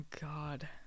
God